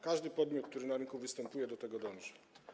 Każdy podmiot, który na rynku występuje, do tego dąży.